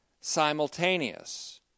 simultaneous